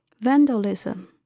Vandalism